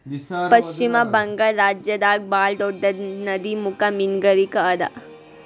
ಪಶ್ಚಿಮ ಬಂಗಾಳ್ ರಾಜ್ಯದಾಗ್ ಭಾಳ್ ದೊಡ್ಡದ್ ನದಿಮುಖ ಮೀನ್ಗಾರಿಕೆ ಅದಾ